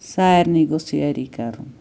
سارنٕے گوٚژھ یٲری کَرُن